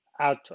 out